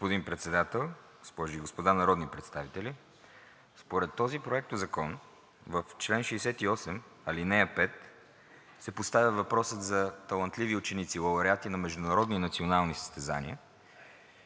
Господин Председател, госпожи и господа народни представители! Според този проектозакон – в чл. 68, ал. 5, се поставя въпросът за талантливи ученици, лауреати на международни и национални състезания,